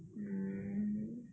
mm